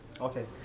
Okay